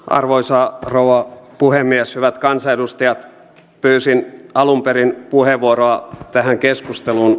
arvoisa rouva puhemies hyvät kansanedustajat pyysin alun perin puheenvuoroa tähän keskusteluun